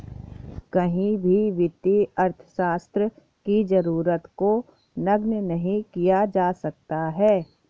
कहीं भी वित्तीय अर्थशास्त्र की जरूरत को नगण्य नहीं किया जा सकता है